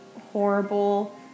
horrible